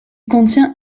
contient